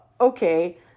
okay